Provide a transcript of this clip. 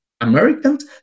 Americans